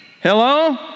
Hello